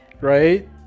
right